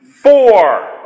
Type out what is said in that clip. four